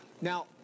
Now